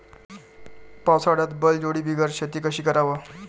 पावसाळ्यात बैलजोडी बिगर शेती कशी कराव?